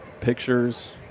pictures